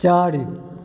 चारि